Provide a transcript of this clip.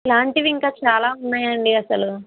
ఇలాంటివి ఇంకా చాలా ఉన్నాయండి అసలు